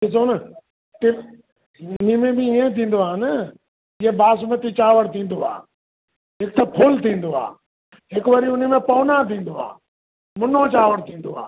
ॾिसो न कि इन में बि ईअं थींदो आहे न जीअं बासमती चांवर थींदो आहे हिक त फ़ुल थींदो आहे हिक वरी उन में पौना थींदो आहे मुनो चांवर थींदो आहे